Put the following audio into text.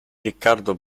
riccardo